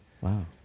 Wow